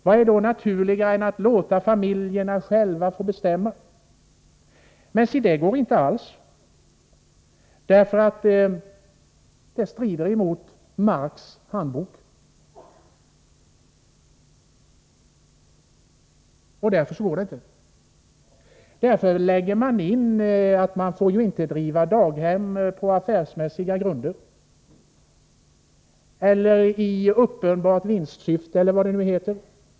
Vad är då naturligare än att låta familjerna själva få bestämma? Men se det går inte alls, för det strider emot Marx handbok. Därför får man inte driva daghem på affärsmässiga grunder eller i uppenbart vinstsyfte — eller vad det nu heter.